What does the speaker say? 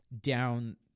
down